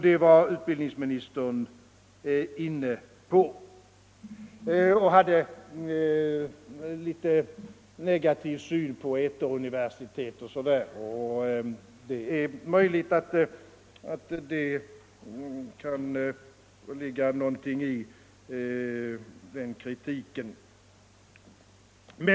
Det var utbildningsministern inne på; han hade en litet negativ syn på eteruniversitet och sådant. Det är möjligt att det kan ligga något i den kritiken.